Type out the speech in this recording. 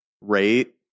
rate